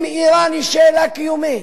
אם אירן היא שאלה קיומית,